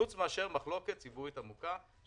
חוץ מאשר מחלוקת ציבורית עמוקה.